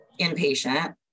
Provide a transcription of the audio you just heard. inpatient